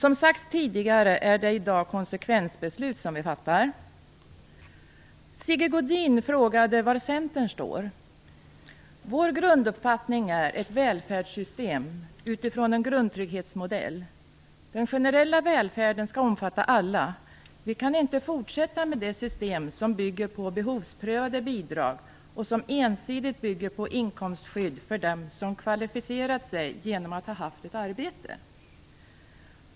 Som tidigare har sagts är det ett konsekvensbeslut vi i dag skall fatta. Sigge Godin frågade var Centern står. Vår grunduppfattning är att vi skall ha ett välfärdssystem utifrån en grundtrygghetsmodell. Den generella välfärden skall omfatta alla. Vi kan inte fortsätta med ett system som bygger på behovsprövade bidrag, och som ensidigt bygger på inkomstskydd för dem som kvalificerat sig genom att ha haft ett arbete.